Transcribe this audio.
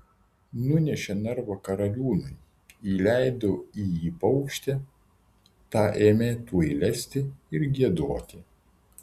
nunešė narvą karaliūnui įleido į jį paukštę ta ėmė tuoj lesti ir giedoti